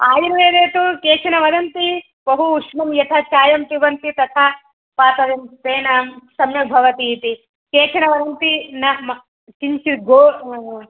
आयुर्वेदे तु केचन वदन्ति बहु उष्णं यथा चायं पिबन्ति तथा पातव्यं तेन सम्यक् भवति इति केचन वदन्ति न किञ्चित् गो